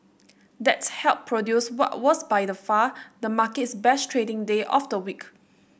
that helped produce what was by the far the market's best trading day of the week